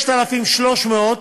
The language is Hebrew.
6,300,